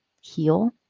heal